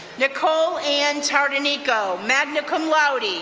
nicole anne tardanico, magna cum laude,